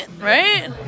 right